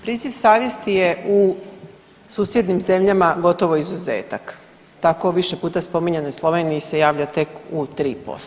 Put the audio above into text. Priziv savjesti je u susjednim zemljama gotovo izuzetak, tako više puta spominjanoj Sloveniji se javlja tek u 3%